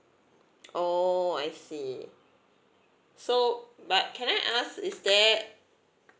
oo I see so but can I ask is there